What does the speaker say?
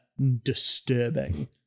Disturbing